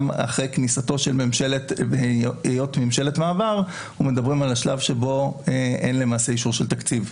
אחרי היות ממשלת מעבר מדברים על השלב שבו אין למעשה אישור של תקציב.